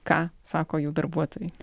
ką sako jų darbuotojai